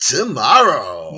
Tomorrow